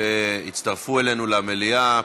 שהצטרפו אלינו למליאה,